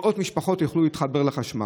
שמאות משפחות יוכלו להתחבר לחשמל.